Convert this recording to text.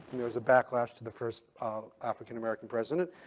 there was a backlash to the first um african-american president.